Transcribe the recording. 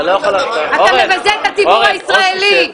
או שתשב --- אתה מבזה את הציבור הישראלי.